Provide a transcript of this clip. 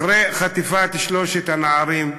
אחרי חטיפת שלושת הנערים,